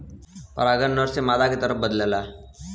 परागन नर से मादा के तरफ बदलला